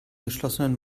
geschlossenen